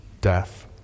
death